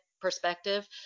perspective